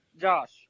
Josh